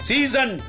Season